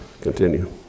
continue